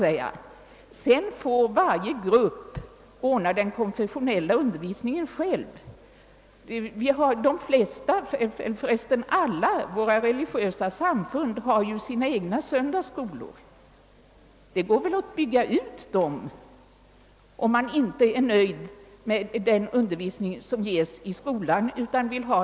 Därefter får varje grupp ordna den konfessionella undervisningen själv. Alla våra religiösa samfund har sina egna söndagsskolor. Man får bygga ut dem om man inte är nöjd med den undervisning som ges i skolan.